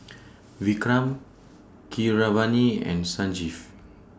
Vikram Keeravani and Sanjeev